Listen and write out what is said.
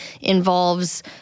involves